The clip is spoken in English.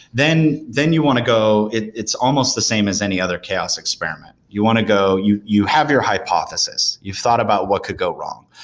then then you want to go it's it's almost the same as any other chaos experiment. you want to go you you have your hypothesis. you thought about what could go wrong.